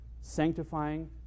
sanctifying